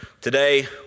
today